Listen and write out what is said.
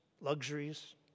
luxuries